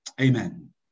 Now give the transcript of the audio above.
Amen